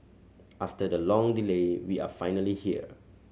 after the long delay we are finally here